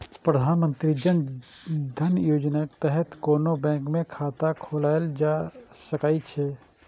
प्रधानमंत्री जन धन योजनाक तहत कोनो बैंक मे खाता खोलाएल जा सकै छै